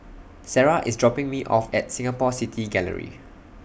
Sarrah IS dropping Me off At Singapore City Gallery